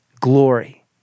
Glory